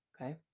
Okay